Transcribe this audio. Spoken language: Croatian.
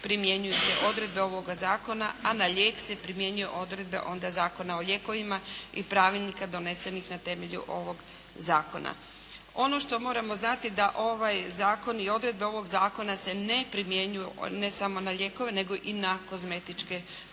primjenjuju se odredbe ovoga zakona, a na lijek se primjenjuje odredbe onda Zakona o lijekovima i pravilnika donesenih na temelju ovog Zakona. Ono što moramo znati da ovaj Zakon i odredbe ovog Zakona se ne primjenjuju ne samo na lijekove nego i na kozmetičke proizvode,